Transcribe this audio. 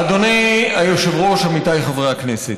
אדוני היושב-ראש, עמיתיי חברי הכנסת,